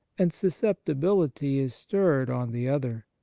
and susceptibility is stirred on the other.